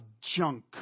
junk